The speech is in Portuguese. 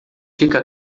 fica